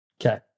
Okay